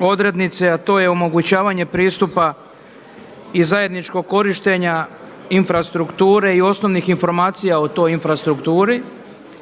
odrednice, a to je omogućavanje pristupa i zajedničkog korištenja infrastrukture i osnovnih informacija o toj infrastrukturi.